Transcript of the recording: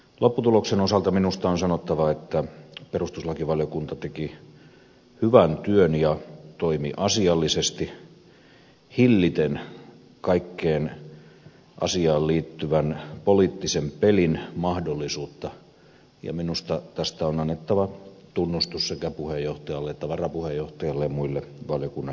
lopputuloksen osalta minusta on sanottava että perustuslakivaliokunta teki hyvän työn ja toimi asiallisesti hilliten kaiken asiaan liittyvän poliittisen pelin mahdollisuutta ja minusta tästä on annettava tunnustus sekä puheenjohtajalle että varapuheenjohtajalle ja muille valiokunnan jäsenille